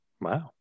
Wow